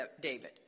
David